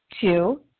Two